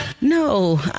no